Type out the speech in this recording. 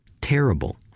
terrible